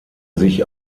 sich